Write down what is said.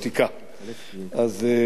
אז רציתי לומר לך,